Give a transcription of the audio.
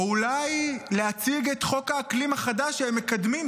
או אולי להציג את חוק האקלים החדש שהם מקדמים,